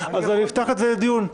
אז אני אפתח את זה לדיון.